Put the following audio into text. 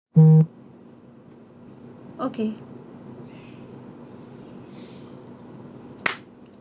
okay